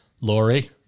Lori